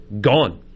gone